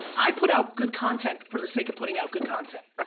i put out good content for the sake of putting out good content.